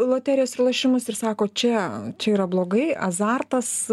loterijas ir lošimus ir sako čia čia yra blogai azartas